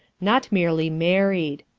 not merely married.